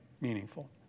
meaningful